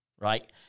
right